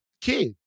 kid